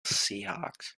seahawks